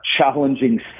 challenging